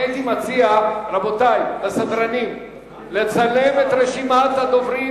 אני הייתי מציע לסדרנים לצלם את רשימת הדוברים